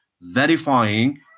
verifying